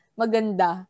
maganda